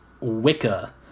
Wicca